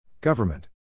Government